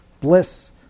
bliss